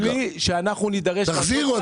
תחזירו.